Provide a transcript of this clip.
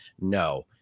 No